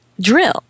drill